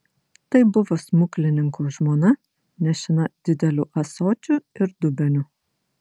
tai buvo smuklininko žmona nešina dideliu ąsočiu ir dubeniu